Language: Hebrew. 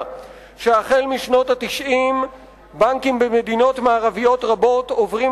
שהחל בשנות ה-90 בנקים במדינות מערביות רבות עוברים